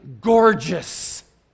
gorgeous